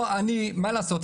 מה לעשות,